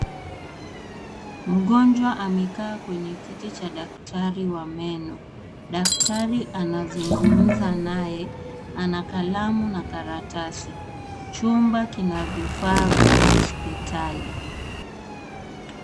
Mgonjwa amekaa kwenye kiti cha daktari wa meno, daktari anazungumza naye ana kalamu na karatasi, chumba kina vifaa vya hospitali.